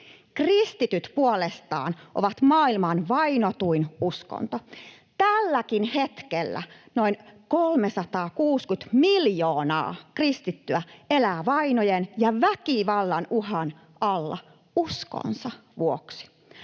Kristityt puolestaan ovat maailman vainotuin uskonto. Tälläkin hetkellä noin 360 miljoonaa kristittyä elää vainojen ja väkivallan uhan alla uskonsa vuoksi.